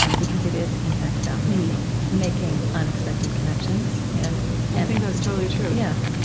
um because it is, in fact, about making making unexpected connections you know i think that's totally true. yeah